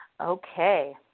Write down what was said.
Okay